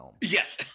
yes